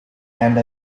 and